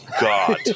God